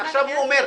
עכשיו הוא אומר.